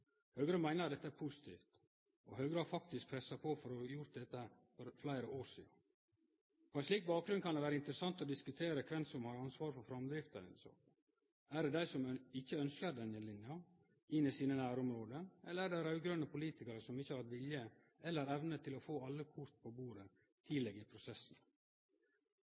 Høgre meiner dette er positivt, og Høgre har faktisk pressa på for å få gjort dette for fleire år sidan. På ein slik bakgrunn kan det vere interessant å diskutere kven som har ansvaret for framdrifta i denne saka. Er det dei som ikkje ønskjer denne linja inn i sine nærområde, eller er det raud-grøne politikarar som ikkje har hatt vilje eller evne til å få alle kort på bordet